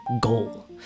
goal